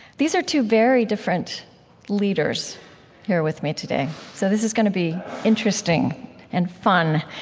these are two very different leaders here with me today. so this is going to be interesting and fun.